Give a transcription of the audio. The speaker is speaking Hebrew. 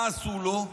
מה עשו לו?